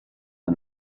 the